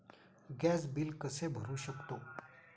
Gas bill कसे भरू शकतो?